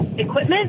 equipment